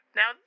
now